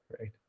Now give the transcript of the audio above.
Right